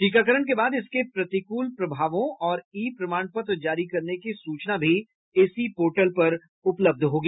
टीकाकरण के बाद इसके प्रतिकूल प्रभावों और ई प्रमाण पत्र जारी करने की सूचना भी इसी पोर्टल पर उपलब्ध होगी